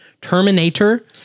Terminator